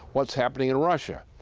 what's happening in russia?